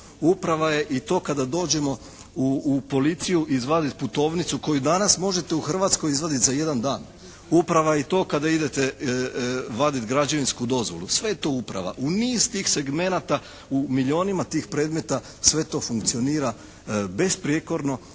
Uprava je to i kada dođemo u Policiju izvaditi putovnicu koju danas možete u Hrvatskoj izvaditi za jedan dan. Uprava je i to kada idete vadit građevinsku dozvolu. Sve je to uprava. U niz tih segmenata, u milijunima tih predmeta sve to funkcionira besprijekorno